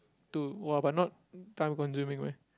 to !wah! but not time consuming meh